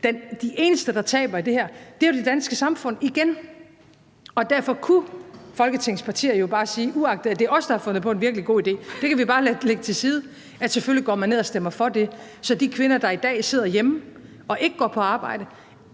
De eneste, der taber i det her, er jo – igen – det danske samfund, og derfor kunne Folketingets partier bare sige, uagtet at det er os, der har fundet på en virkelig god idé, at det lægger man bare til side, og at man selvfølgelig går ned og stemmer for det, så de kvinder, der i dag sidder hjemme og ikke går på arbejde,